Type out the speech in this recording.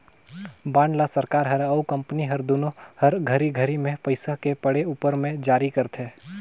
bond ल सरकार हर अउ कंपनी हर दुनो हर घरी घरी मे पइसा के पड़े उपर मे जारी करथे